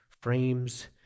frames